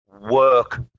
Work